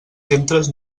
centres